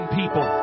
people